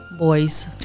Boys